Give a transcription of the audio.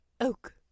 oak